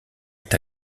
est